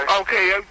Okay